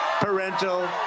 parental